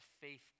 faith